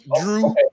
Drew